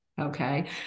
okay